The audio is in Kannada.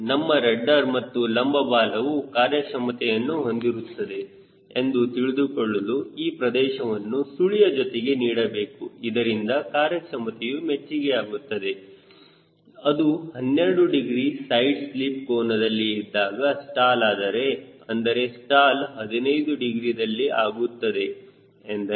ನಮ್ಮ ರಡ್ಡರ್ ಮತ್ತು ಲಂಬ ಬಾಲವು ಕಾರ್ಯಕ್ಷಮತೆಯನ್ನುಹೊಂದಿರುತ್ತದೆ ಎಂದು ತಿಳಿದುಕೊಳ್ಳಲು ಈ ಪ್ರದೇಶವನ್ನು ಸುಳಿಯ ಜೊತೆಗೆ ನೀಡಬೇಕು ಇದರಿಂದ ಕಾರ್ಯಕ್ಷಮತೆಯು ಮೆಚ್ಚಿಗೆಯಾಗುತ್ತದೆ ಅದು 12 ಡಿಗ್ರಿ ಸೈಡ್ ಸ್ಲಿಪ್ ಕೋನದಲ್ಲಿ ಇದ್ದಾಗ ಸ್ಟಾಲ್ ಆದರೆ ಅಂದರೆ ಸ್ಟಾಲ್ 15 ಡಿಗ್ರಿ ದಲ್ಲಿ ಆಗುತ್ತದೆ ಎಂದರೆ